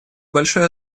большой